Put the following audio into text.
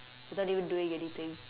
without even doing anything